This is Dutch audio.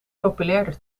populairder